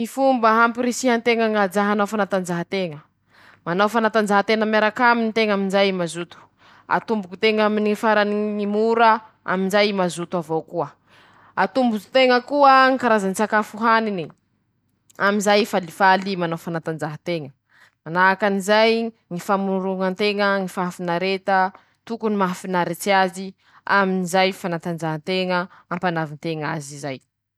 Laha zaho ro baka nanao loteria, baky nahazo lehany, ñy raha ataoko :-Mandeha aho miala voly, mitsangatsanga aminy ñy tany teako ombà fa niriko fa ela ;mañampy ñy tsy mana aho, ñy mijaly aminy ñy mahantra ;mañajary drala aho aminy ñy banky añy, ilako ñy tany hañajariako azy ;manahaky anizay koa ñy fanaovako ñy raha mahasalama ahy, mahafalifaly ahy aminy ñy fivarota zay aminy ñy filàn-drala, rezay ñy rah<…>.